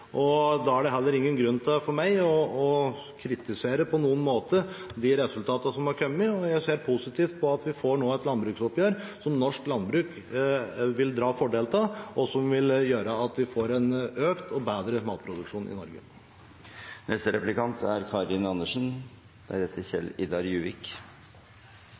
Venstre. Da er det heller ingen grunn for meg til å kritisere på noen måte de resultatene som har kommet, og jeg ser positivt på at vi nå får et landbruksoppgjør som norsk landbruk vil dra fordel av, og som vil gjøre at vi får en økt og bedre matproduksjon i Norge.